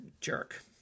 jerk